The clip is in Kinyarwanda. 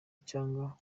cyangwa